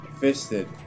Fisted